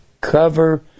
cover